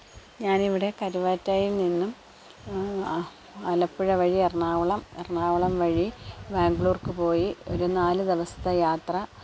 ഞാനിവിടെ കരുവാറ്റായില്നിന്നും ആലപ്പുഴ വഴി എറണാകുളം എറണാകുളം വഴി ബാംഗ്ലൂര്ക്ക് പോയി ഒരു നാല് ദിവസത്തെ യാത്ര